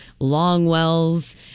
Longwell's